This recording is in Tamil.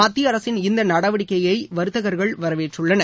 மத்திய அரசின் இந்த நடவடிக்கையை வரத்தகர்கள் வரவேற்றுள்ளனர்